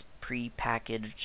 pre-packaged